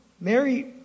Mary